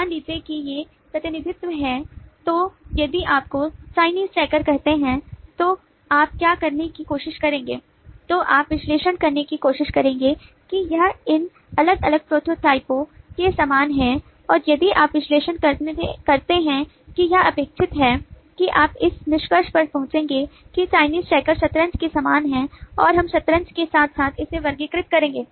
मान लीजिए कि ये प्रतिनिधि हैं तो यदि आपको चीनी चेकर कहते हैं तो आप क्या करने की कोशिश करेंगे तो आप विश्लेषण करने की कोशिश करेंगे कि यह इन अलग अलग प्रोटोटाइपों के समान है और यदि आप विश्लेषण करते हैं कि यह अपेक्षित है कि आप इस निष्कर्ष पर पहुंचेंगे कि चीनी चेकर्स शतरंज के समान हैं और हम शतरंज के साथ साथ इसे वर्गीकृत करेंगे